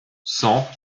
cent